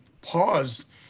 pause